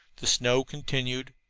the snow continued,